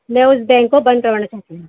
میں اس بینک کو بند کروانا چاہتی ہوں